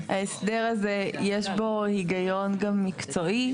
ההסדר הזה יש בו הגיון גם מקצועי,